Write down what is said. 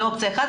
זאת אופציה אחת,